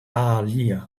aaliyah